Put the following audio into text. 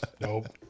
Nope